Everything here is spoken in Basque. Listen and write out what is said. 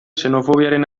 xenofobiaren